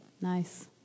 Nice